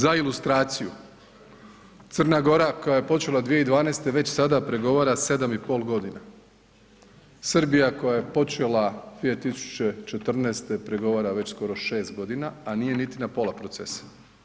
Za ilustraciju, Crna Gora koja je počela 2012. već sada pregovara 7 i pol godina, Srbija koja je počela 2014., pregovara već skoro 6 g. a nije niti na pola procesa.